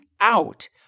out